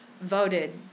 voted